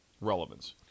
Relevance